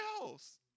else